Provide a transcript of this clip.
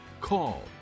call